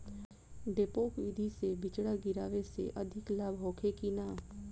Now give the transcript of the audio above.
डेपोक विधि से बिचड़ा गिरावे से अधिक लाभ होखे की न?